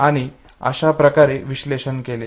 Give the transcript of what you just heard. त्यांनी अशा प्रकारे विश्लेषण केले